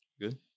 Good